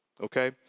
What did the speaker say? okay